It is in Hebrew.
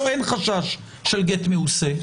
פה אין חשש של גט מעושה?